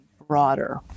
broader